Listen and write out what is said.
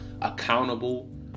accountable